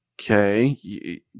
Okay